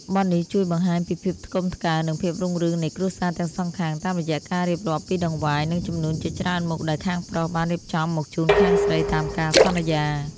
បទនេះជួយបង្ហាញពីភាពថ្កុំថ្កើង និងភាពរុងរឿងនៃគ្រួសារទាំងសងខាង តាមរយៈការរៀបរាប់ពីដង្វាយ និងជំនូនជាច្រើនមុខដែលខាងប្រុសបានរៀបចំមកជូនខាងស្រីតាមការសន្យា។